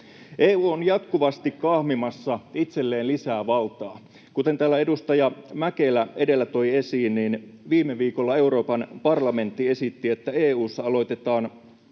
EU on jatkuvasti kahmimassa itselleen lisää valtaa. Kuten täällä edustaja Mäkelä edellä toi esiin, niin viime viikolla Euroopan parlamentti esitti, että EU:ssa aloitetaan